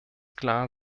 klar